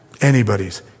Anybody's